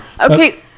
Okay